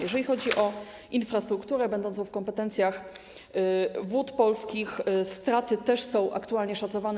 Jeżeli chodzi o infrastrukturę będącą w kompetencjach Wód Polskich, straty też są aktualnie szacowane.